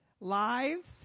lives